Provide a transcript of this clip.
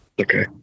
Okay